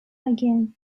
again